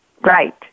Right